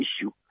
issue